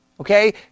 Okay